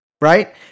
Right